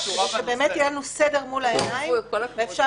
כדי שיהיה לנו סדר מול העיניים ואפשר